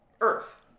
Earth